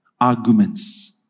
Arguments